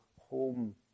home